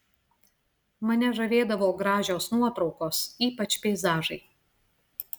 mane žavėdavo gražios nuotraukos ypač peizažai